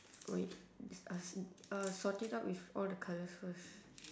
wait there's uh s~ uh sort it out with all the colours first